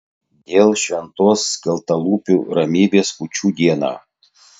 dėl šventos skeltalūpių ramybės kūčių dieną